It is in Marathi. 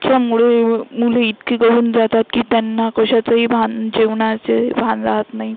च्यामुळे म् मुले इतकी गळून जातात की त्यांना कशाचंही भान जेवणाचंही भान राहत नाही